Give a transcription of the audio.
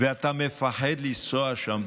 ואתה מפחד לנסוע שם.